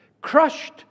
Crushed